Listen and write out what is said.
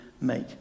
make